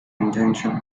intention